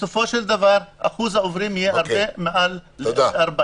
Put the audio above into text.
בסופו של דבר אחוז העוברים יהיה הרבה מעל ל-40%.